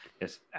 yes